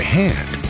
hand